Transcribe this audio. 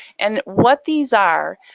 and what these are,